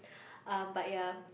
uh but ya